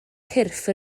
cyrff